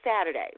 Saturday